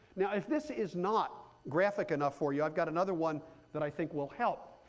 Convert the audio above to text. now if this is not graphic enough for you, i've got another one that i think will help.